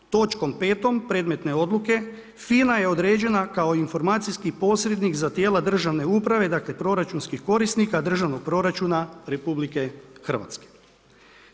Točkom 5. predmetne odluke FINA je određena kao informacijski posrednik za tijela državne uprave, dakle proračunskih korisnika, državnog proračuna RH.